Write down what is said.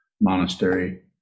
monastery